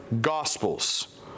gospels